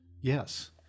Yes